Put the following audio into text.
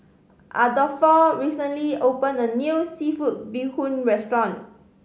Adolfo recently opened a new seafood bee hoon restaurant